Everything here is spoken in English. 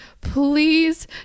please